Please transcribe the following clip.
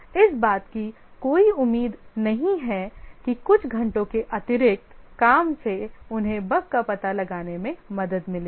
इस बात की कोई उम्मीद नहीं है कि कुछ घंटों के अतिरिक्त काम से उन्हें बग का पता लगाने में मदद मिलेगी